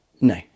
No